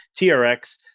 TRX